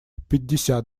пятьдесят